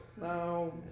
No